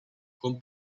con